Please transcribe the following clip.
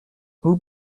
vous